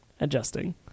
adjusting